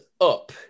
up